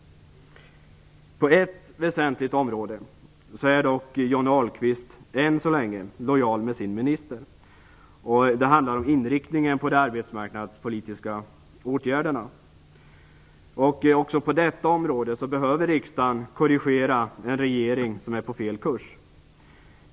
På ett väsentligt område är dock Johnny Ahlqvist - än så länge - lojal med sin minister. Det handlar om inriktningen på de arbetsmarknadspolitiska åtgärderna. Också på detta område behöver riksdagen korrigera en regering som är på fel kurs.